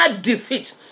defeat